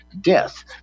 death